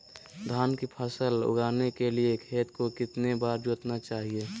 धान की फसल उगाने के लिए खेत को कितने बार जोतना चाइए?